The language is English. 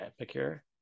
Epicure